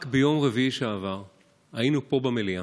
רק ביום רביעי שעבר היינו פה במליאה,